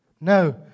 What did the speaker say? No